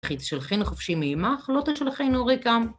וכי תשלחנו חפשי מעמך? לא תשלחנו ריקם